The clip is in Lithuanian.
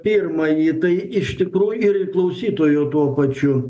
pirmąjį tai iš tikrų ir klausytojo tuo pačiu